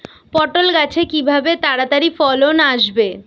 পটল গাছে কিভাবে তাড়াতাড়ি ফলন আসবে?